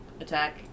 attack